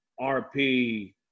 RP